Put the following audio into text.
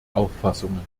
auffassungen